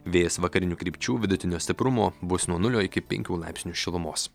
vėjas vakarinių krypčių vidutinio stiprumo bus nuo nulio iki penkių laipsnių šilumos